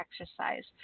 exercise